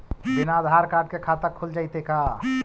बिना आधार कार्ड के खाता खुल जइतै का?